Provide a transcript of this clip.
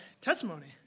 testimony